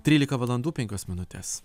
trylika valandų penkios minutės